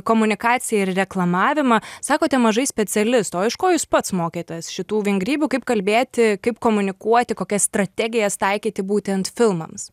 komunikaciją ir reklamavimą sakote mažai specialistų o iš ko jūs pats mokėtės šitų vingrybių kaip kalbėti kaip komunikuoti kokias strategijas taikyti būtent filmams